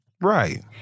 Right